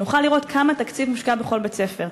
שנוכל לראות כמה תקציב מושקע בכל בית-ספר.